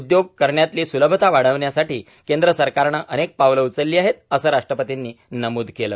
उद्योग करण्यातली सुलभता वाढवण्यासाठी केंद्र सरकारनं अनेक पावलं उचलली आहेत असं राष्ट्रपतींनी नमूद केलं